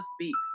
Speaks